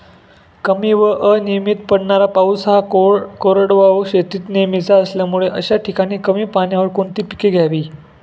कमी व अनियमित पडणारा पाऊस हा कोरडवाहू शेतीत नेहमीचा असल्यामुळे अशा ठिकाणी कमी पाण्यावर कोणती पिके घ्यावी?